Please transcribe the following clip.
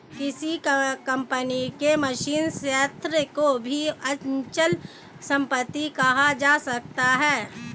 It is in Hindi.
किसी कंपनी के मशीनी संयंत्र को भी अचल संपत्ति कहा जा सकता है